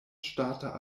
ŝtata